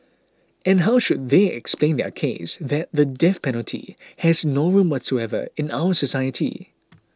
and how should they explain their case that the death penalty has no room whatsoever in our society